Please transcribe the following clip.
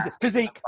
Physique